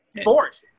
sport